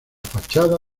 fachada